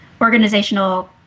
Organizational